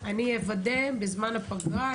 אוודא בזמן הפגרה,